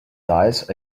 dies